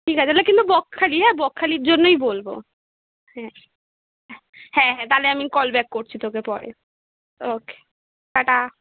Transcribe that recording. ঠিক আছে তালে কিন্তু বকখালি হ্যাঁ বকখালির জন্যই বলবো হ্যাঁ হ্যাঁ হ্যাঁ তালে আমি কল ব্যাক করছি তোকে পরে ওকে টাটা